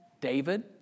David